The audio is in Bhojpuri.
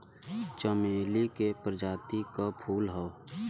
चमेली के प्रजाति क फूल हौ